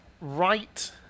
right